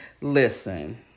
Listen